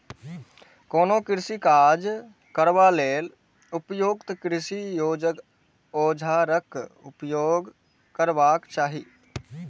कोनो कृषि काज करबा लेल उपयुक्त कृषि औजारक उपयोग करबाक चाही